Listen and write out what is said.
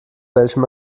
welchem